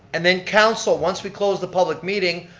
and then council, once we close the public meeting,